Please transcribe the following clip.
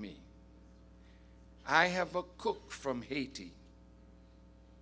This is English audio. me i have a cook from haiti